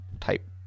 type